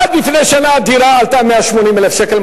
עד לפני שנה דירה עלתה 180,000 שקל,